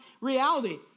reality